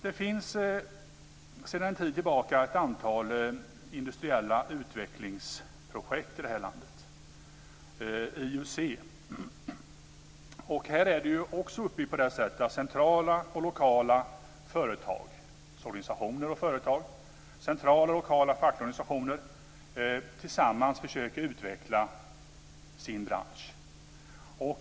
Det finns sedan en tid tillbaka ett antal industriella utvecklingsprojekt i det här landet, IUC. Det är också uppbyggt på det sättet att centrala och lokala organisationer, företag och fackliga organisationer tillsammans försöker utveckla sin bransch.